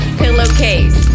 pillowcase